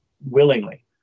willingly